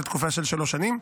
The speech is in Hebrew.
לתקופה של שלוש שנים,